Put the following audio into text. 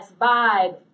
Vibe